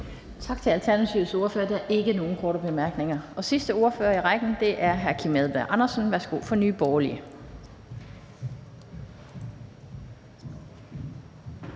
Tak til Alternativets ordfører. Der er ikke nogen korte bemærkninger. Og sidste ordfører i talerrækken er hr. Kim Edberg Andersen, Nye Borgerlige.